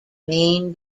main